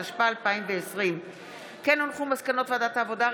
התשפ"א 2020. מסקנות ועדת העבודה,